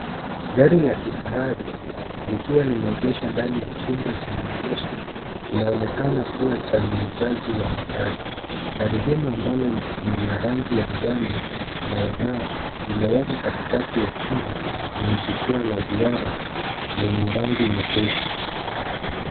Gari la kifahari likiwa limeegeshwa ndani ya chumba cha maonyesho. Kinaonekana kuwa cha muuzaji wa magari. Gari hilo ambalo lina rangi ya njano inayong'aa limewekwa katikati ya chumba kwenye jukwaa la duara lenye rangi nyepesi.